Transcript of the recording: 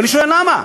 ואני שואל: למה?